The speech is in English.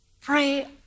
pray